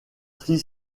trie